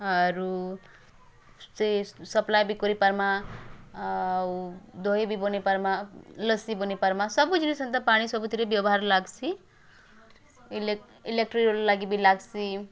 ଆରୁ ସେ ସପ୍ଲାଏ ବି କରିପାରିମା ଆଉ ଦହି ବି ବନେଇପାରମା ଲସି ବନେଇପାରମା ସବୁଜିନିଷ ସେନ୍ତା ପାଣି ସବୁଥିରେ ବେବ୍ୟହାର୍ ଲାଗସି ଇଲେକ୍ଟ୍ରି ଲାଗି ବି ଲାଗସି